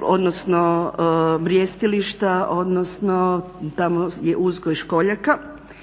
odnosno brijestilišta odnosno tamo je uzgoj školjaka.